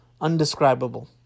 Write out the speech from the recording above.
undescribable